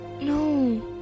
No